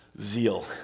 zeal